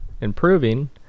improving